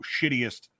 shittiest